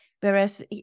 Whereas